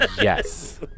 Yes